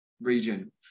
region